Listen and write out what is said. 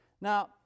Now